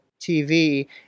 tv